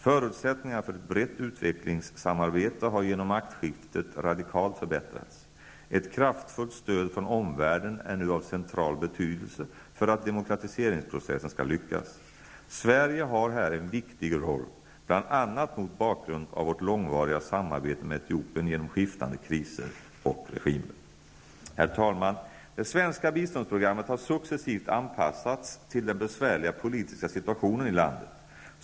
Förutsättningarna för ett brett utvecklingssamarbete har genom maktskiftet radikalt förbättrats. Ett kraftfullt stöd från omvärlden är nu av central betydelse för att demokratiseringsprocessen skall lyckas. Sverige har här en viktig roll, bl.a. mot bakgrund av vårt långvariga samarbete med Etiopien genom skiftande kriser och regimer. Herr talman! Det svenska biståndsprogrammet har successivt anpassats till den besvärliga politiska situationen i landet.